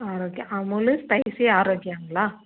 Arokya Amul spicy ஆரோக்கியாங்களா